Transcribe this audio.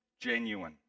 genuine